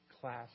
class